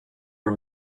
are